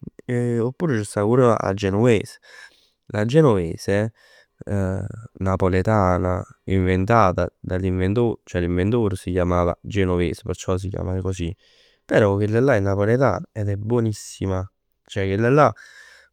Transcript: Oppure c' sta pur 'a genuves. La genovese napoletana, inventata dall'inventore, ceh l'inventore si chiamava Genovese. Perciò si chiama così. Però chella'llà è napoletana ed è buonissima. Ceh chella'llà